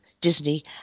Disney